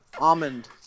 almond